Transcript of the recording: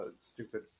stupid